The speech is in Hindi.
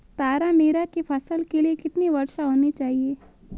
तारामीरा की फसल के लिए कितनी वर्षा होनी चाहिए?